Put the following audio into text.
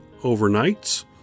overnights